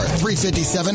.357